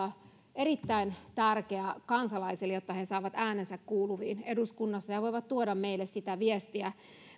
erittäin tärkeä kansalaisille jotta he saavat äänensä kuuluviin eduskunnassa ja voivat tuoda meille sitä viestiä